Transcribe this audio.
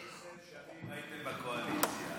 עשר שנים הייתם בקואליציה.